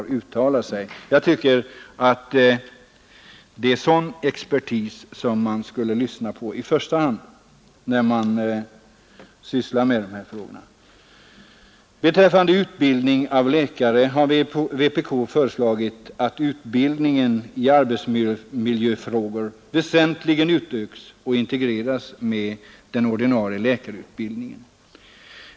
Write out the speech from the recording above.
Jag tycker att det är sådan expertis man skall lyssna på i första hand, när man sysslar med dessa frågor. Beträffande läkarutbildningen har vpk föreslagit att utbildningen i arbetsmiljöfrågor skall väsentligt utökas och integreras med den ordinarie läkarutbildningen.